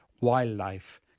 wildlife